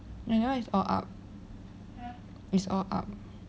oh you know it's all up it's all up